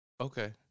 Okay